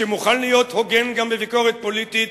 שמוכן להיות הוגן גם בביקורת פוליטית,